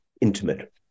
intimate